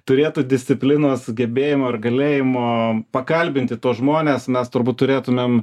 turėto disciplinos gebėjimo ir galėjimo pakalbinti tuos žmones mes turbūt turėtumėm